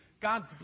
God's